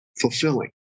fulfilling